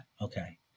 Okay